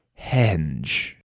Henge